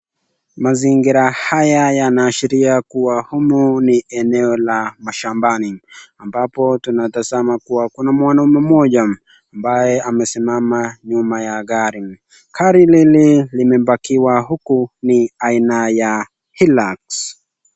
Mazingira haya yanaashiria kuwa humu ni eneo la mashambani, ambapo tunatazama kuwa kuna mwanaume moja ambaye amesimama nyuma ya gari. Gari hili limepakiwa huku ni aina ya hilux.